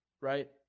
right